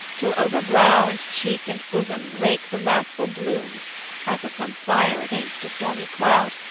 till over brow and cheek and bosom brake the wrathful bloom as of some fire against a stormy cloud,